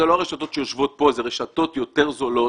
אלה לא הרשתות שיושבות כאן אלא אלה רשתות יותר זולות